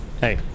hey